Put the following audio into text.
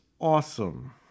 awesome